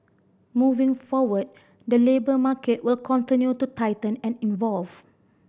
moving forward the labour market will continue to tighten and evolve